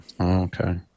okay